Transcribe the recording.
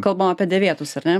kalbam apie dėvėtus ar ne